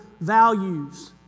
values